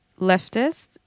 leftist